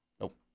Nope